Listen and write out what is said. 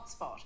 hotspot